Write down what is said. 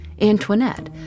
Antoinette